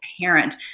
parent